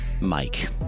Mike